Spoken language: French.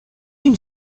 une